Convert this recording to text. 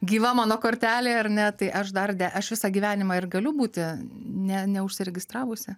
gyva mano kortelė ar ne tai aš dar de aš visą gyvenimą ir galiu būti ne neužsiregistravusi